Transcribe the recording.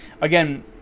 again